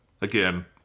again